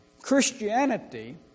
Christianity